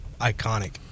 iconic